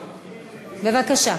בבקשה.